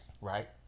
right